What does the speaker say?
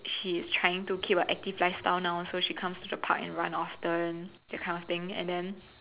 she's trying to keep an active lifestyle now so she comes to the park now and runs often that kind of thing and then